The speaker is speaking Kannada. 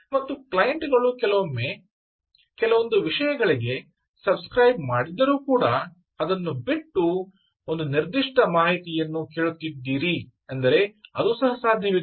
ಮತ್ತು ಕ್ಲೈಂಟ್ ಗಳು ಕೆಲವೊಂದು ವಿಷಯಗಳಿಗೆ ಸಬ್ ಸ್ಕ್ರೈಬ ಮಾಡಿದ್ದರೂ ಕೂಡ ಅದನ್ನು ಬಿಟ್ಟು ಒಂದು ನಿರ್ದಿಷ್ಟ ಮಾಹಿತಿಯನ್ನು ಕೇಳುತ್ತಿದ್ದೀರಿ ಅಂದರೆ ಅದು ಸಹ ಸಾಧ್ಯವಿದೆ